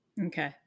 Okay